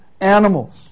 animals